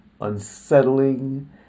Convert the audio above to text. unsettling